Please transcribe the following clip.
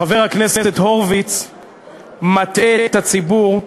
חבר הכנסת הורוביץ מטעה את הציבור.